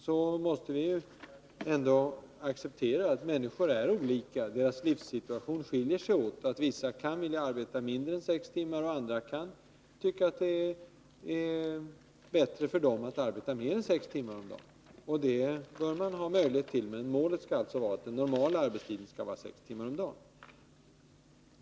Man måste acceptera att människor är olika, att deras livssituation skiljer sig åt, att vissa kan vilja arbeta mindre än sex timmar och att andra kan tycka att det är bättre för dem att arbeta mer än sex timmar om dagen. Det bör de då ha möjlighet att göra. Men målet är att den normala arbetstiden skall vara sex timmar om dagen.